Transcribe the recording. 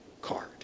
card